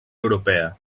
europea